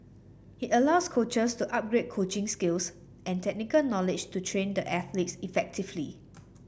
it allows coaches to upgrade coaching skills and technical knowledge to train the athletes effectively